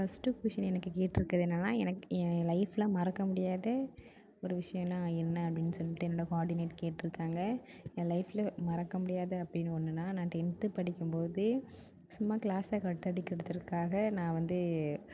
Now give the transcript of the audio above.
first question எனக்கு கேட்ருக்குறது என்னானா என் லைஃப்பில் மறக்க முடியாத ஒரு விஷயம்ன்னா என்ன அப்படின்னு சொல்லிவிட்டு என்னோட கோஆர்டினேட் கேட்டுருக்காங்க என் லைஃப்பில் மறக்க முடியாத அப்படின்னு ஒன்றுனா நான் டென்த் படிக்கும்போதே சும்மா கிளாஸ் கட் அடிக்கிறதுக்காக நான் வந்து